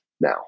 now